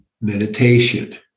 meditation